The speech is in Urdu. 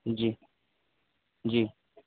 جی جی